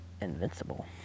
invincible